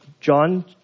John